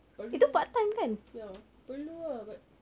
perlu ya perlu ah but